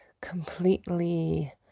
completely